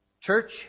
Church